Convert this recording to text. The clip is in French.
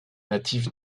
natif